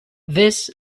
this